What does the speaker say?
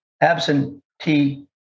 absentee